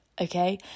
okay